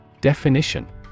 Definition